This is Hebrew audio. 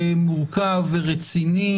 מורכב ורציני,